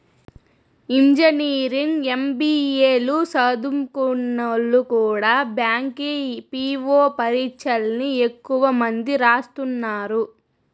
engineering, MBA లు సదుంకున్నోల్లు కూడా బ్యాంకి పీ.వో పరీచ్చల్ని ఎక్కువ మంది రాస్తున్నారు